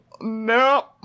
No